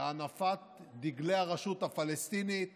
להנפת דגלי הרשות הפלסטינית